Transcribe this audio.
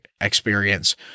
experience